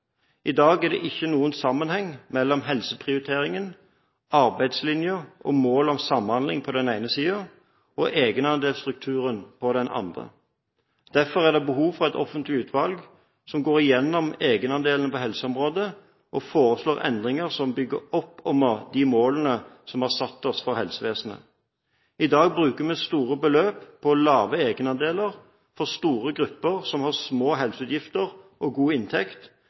I dag er det ikke noen sammenheng mellom helseprioriteringen, arbeidslinjen og målet om samhandling på den ene siden, og egenandelsstrukturen på den andre. Derfor er det behov for et offentlig utvalg som går igjennom egenandelene på helseområdet og foreslår endringer som bygger opp om de målene vi har satt oss for helsevesenet. I dag bruker vi store beløp på lave egenandeler for store grupper som har små helseutgifter og god inntekt,